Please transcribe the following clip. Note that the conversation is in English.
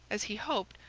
as he hoped,